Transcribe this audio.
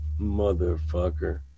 motherfucker